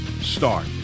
start